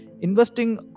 investing